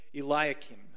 Eliakim